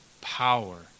Power